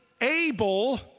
able